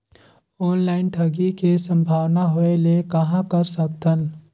Online ठगी के संभावना होय ले कहां कर सकथन?